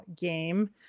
game